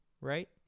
Right